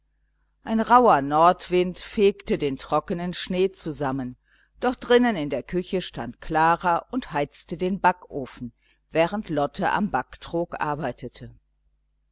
ein rauher nordwind fegte den trocknen schnee zusammen doch drinnen in der küche stand klara und heizte den backofen während lotte am backtrog arbeitete